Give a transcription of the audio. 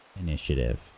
initiative